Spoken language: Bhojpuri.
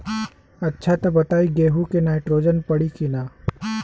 अच्छा त ई बताईं गेहूँ मे नाइट्रोजन पड़ी कि ना?